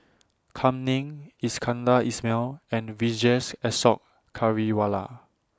Kam Ning Iskandar Ismail and Vijesh Ashok Ghariwala